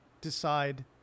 decide